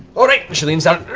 all right. and she leans down,